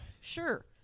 sure